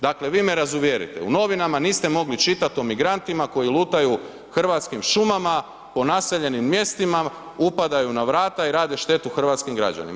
Dakle vi me razuvjerite, u novinama niste mogli čitat o migrantima koji lutaju hrvatskim šumama, po naseljenim mjestima, upadaju na vrata i rade štetu hrvatskim građanima.